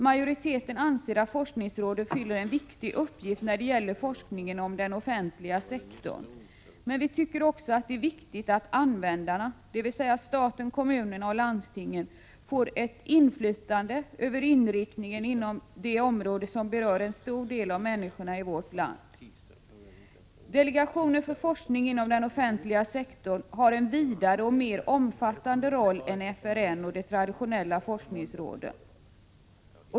Majoriteten anser att forskningsråden fyller en viktig uppgift när det gäller forskning om den offentliga sektorn, men vi tycker också att det är viktigt att användarna, dvs. staten, kommunerna och landstingen, får ett inflytande över inriktningen inom det område som berör en så stor del av människorna i vårt land. Delegationen för forskning inom den offentliga sektorn har en vidare och mer omfattande roll än FRN och de traditionella forskningsråden.